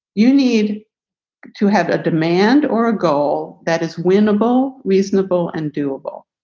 you need to have a demand or a goal that is winnable, reasonable and doable.